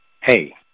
hey